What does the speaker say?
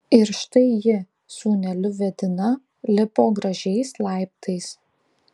ir štai ji sūneliu vedina lipo gražiais laiptais